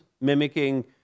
mimicking